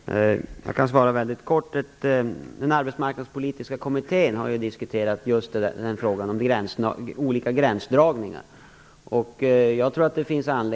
Fru talman! Jag kan svara väldigt kort på detta. I den Arbetsmarknadspolitiska kommittén har just denna fråga om olika gränsdragningar diskuterats.